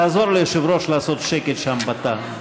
תעזור ליושב-ראש לעשות שקט שם בתא.